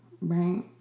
right